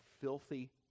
filthy